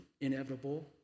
inevitable